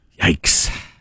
Yikes